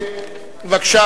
בבקשה,